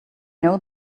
know